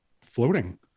floating